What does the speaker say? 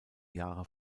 jahre